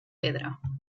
pedra